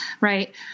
right